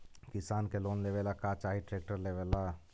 किसान के लोन लेबे ला का चाही ट्रैक्टर लेबे ला?